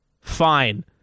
fine